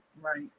right